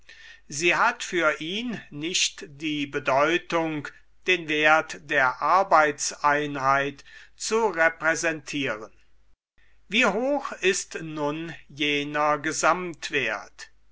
sie hat für ihn nicht die bedeutung den wert der arbeitseinheit zu repräsentieren wie hoch ist nun jener gesamtwert